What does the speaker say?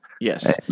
Yes